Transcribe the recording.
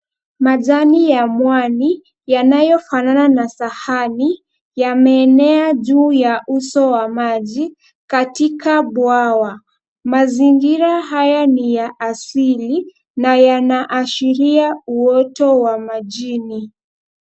Majani ya mwani yanayofanana na sahani, yameenea juu ya uso wa maji katika bwawa. Mazingira haya ni ya asili na yanaashiria uoto wa majini.